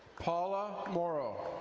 paula morrow.